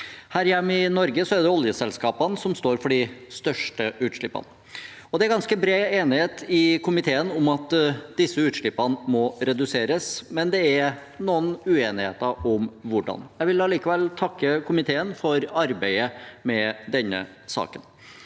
Her hjemme i Norge er det oljeselskapene som står for de største utslippene. Det er ganske bred enighet i komiteen om at disse utslippene må reduseres, men det er noen uenigheter om hvordan. Jeg vil allikevel takke komiteen for arbeidet med denne saken.